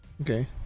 Okay